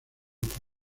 cupo